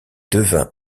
devint